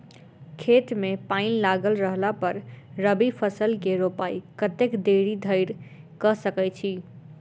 खेत मे पानि लागल रहला पर रबी फसल केँ रोपाइ कतेक देरी धरि कऽ सकै छी?